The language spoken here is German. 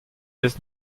ist